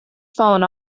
fallen